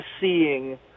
seeing